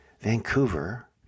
Vancouver